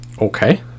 okay